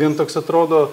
vien toks atrodo